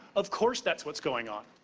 of course that's what's going on.